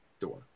door